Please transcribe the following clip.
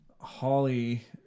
Holly